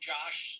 Josh